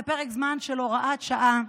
פרק זמן של הוראת השעה.